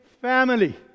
family